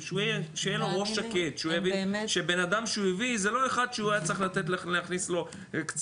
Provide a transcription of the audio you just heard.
שיהיה לו ראש שקט שבנאדם שהוא הביא זה לא אחד שהיה צריך להכניס לו משרה,